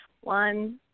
One